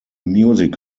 music